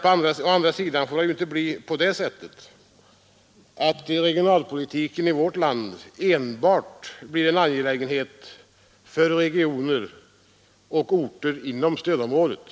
Å andra sidan får inte regionalpolitiken i vårt land enbart bli en angelägenhet för regioner och orter inom stödområdet.